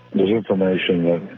the information